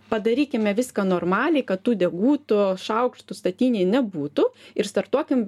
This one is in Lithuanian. padarykime viską normaliai kad tų deguto šaukštų statinėj nebūtų ir startuokim